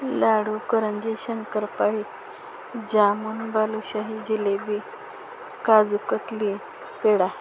लाडू karanji shankarpali jamun balushahi jalebi kaju katli peda